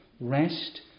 rest